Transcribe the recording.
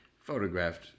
photographed